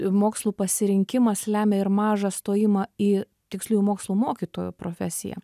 mokslų pasirinkimas lemia ir mažą stojimą į tiksliųjų mokslų mokytojų profesiją